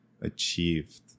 achieved